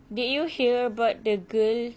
did you hear about the girl